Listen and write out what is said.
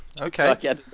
Okay